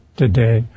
today